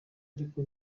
ariko